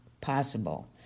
possible